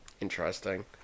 Interesting